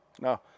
No